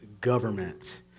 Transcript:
government